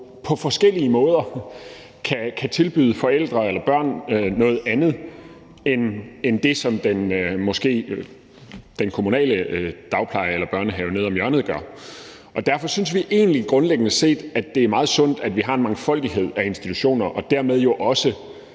på forskellige måder kan tilbyde forældre eller børn noget andet end det, som den kommunale dagpleje eller børnehave nede om hjørnet måske gør. Derfor synes vi egentlig grundlæggende set, at det er meget sundt, at vi har en mangfoldighed af institutioner og dermed også